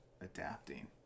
adapting